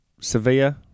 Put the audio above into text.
Sevilla